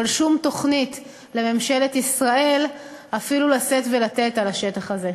אבל שום תוכנית לממשלת ישראל אפילו לשאת ולתת על השטח הזה.